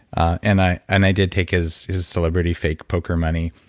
ah and i and i did take his his celebrity fake poker money.